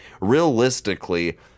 Realistically